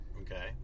Okay